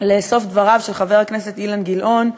לסוף דבריו של חבר הכנסת אילן גילאון,